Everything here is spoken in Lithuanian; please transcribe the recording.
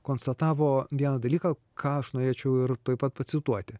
konstatavo vieną dalyką ką aš norėčiau ir tuoj pat pacituoti